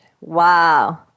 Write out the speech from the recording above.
Wow